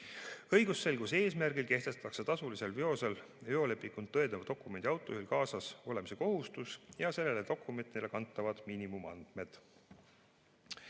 Õigusselguse eesmärgil kehtestatakse tasulise veoseveo puhul veolepingut tõendava dokumendi autojuhil kaasas olemise kohustus ja sellele dokumendile kantavad miinimumandmed.